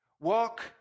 walk